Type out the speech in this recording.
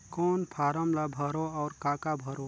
कौन फारम ला भरो और काका भरो?